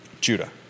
judah